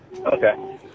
Okay